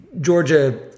Georgia